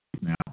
now